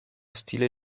stile